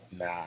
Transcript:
Nah